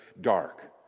dark